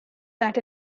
that